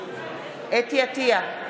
חוה אתי עטייה,